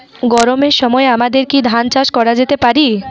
গরমের সময় আমাদের কি ধান চাষ করা যেতে পারি?